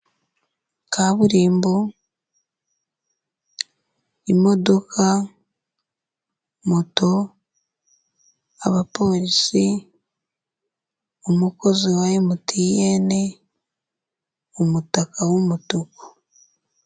Kaburimbo, imodoka, moto, abapolisi, umukozi wa Emutiyene, umutaka w'umutuku.